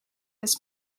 this